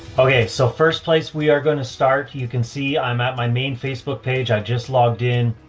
okay, so first place we are going to start, you can see i'm at my main facebook page. i just logged in.